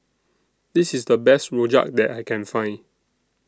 This IS The Best Rojak that I Can Find